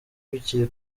bikiri